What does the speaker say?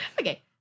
Okay